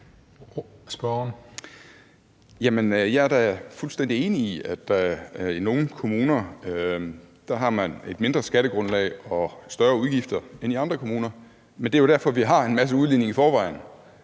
jeg er da fuldstændig enig i, at man i nogle kommuner har et mindre skattegrundlag og større udgifter, end man har i andre kommuner, men det er jo derfor, vi har en masse udligning i forvejen.